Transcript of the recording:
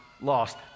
lost